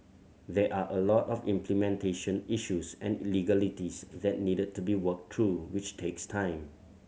there are a lot of implementation issues and legalities that need to be worked through which takes time